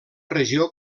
regió